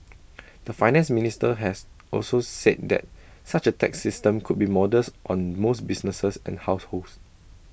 the Finance Minister has also said that such A tax system would be modest on most businesses and households